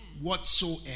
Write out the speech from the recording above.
Whatsoever